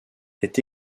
est